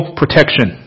protection